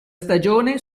stagione